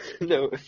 no